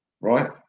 right